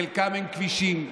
לחלקם אין כבישים,